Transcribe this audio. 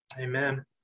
Amen